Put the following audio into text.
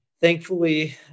Thankfully